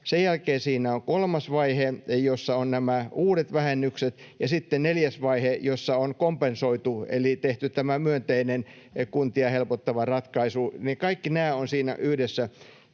Sen jälkeen siinä on kolmas vaihe, jossa ovat nämä uudet vähennykset, ja sitten neljäs vaihe, jossa on kompensoitu eli tehty tämä myönteinen kuntia helpottava ratkaisu. Kaikki nämä ovat siinä yhdessä